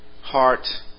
heart